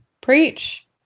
Preach